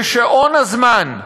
ושעון הזמן,